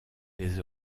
les